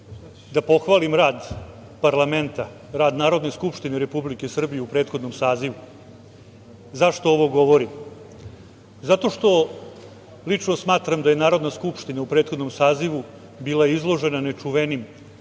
da pohvalim rad parlamenta, rad Narodne skupštine Republike Srbije u prethodnom sazivu.Zašto ovo govorim? Zato što lično smatram da je narodna skupština u prethodnom sazivu bila izložena nečuvenim